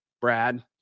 Brad